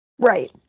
Right